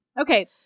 Okay